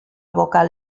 abocar